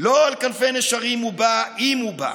"לא על כנפי נשרים / הוא בא, אם הוא בא,